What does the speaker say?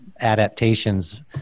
adaptations